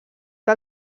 que